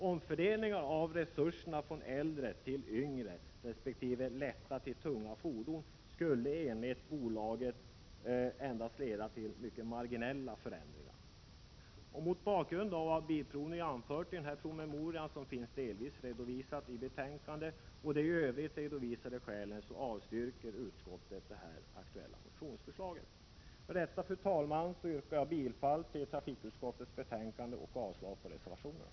Omfördelningar av resurserna från äldre till yngre resp. från lätta till tunga fordon skulle enligt bolaget endast leda till marginella förändringar. Mot bakgrund av vad Svensk Bilprovning anfört i denna promemoria som finns delvis redovisad i betänkandet och de i övrigt redovisade skälen avstyrker utskottet de aktuella motionsförslagen. Med detta, fru talman, yrkar jag bifall till hemställan i trafikutskottets betänkande och avslag på reservationerna.